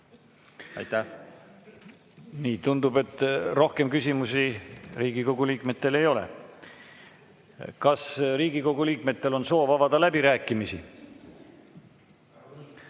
17.15. Tundub, et rohkem küsimusi Riigikogu liikmetel ei ole. Kas Riigikogu liikmetel on soov avada läbirääkimised?